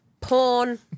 porn